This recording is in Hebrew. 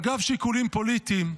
אגב שיקולים פוליטיים,